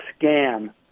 scam